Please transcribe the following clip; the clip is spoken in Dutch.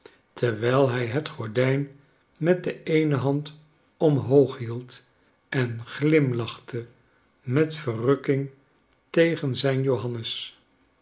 terwijl hij het gordijn met de eene hand omhoog hield en glimlachte met verrukking tegen zijn johannes